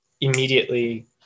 immediately